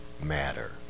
matter